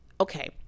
Okay